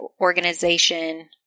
organization